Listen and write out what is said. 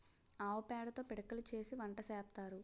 ఆవు పేడతో పిడకలు చేసి వంట సేత్తారు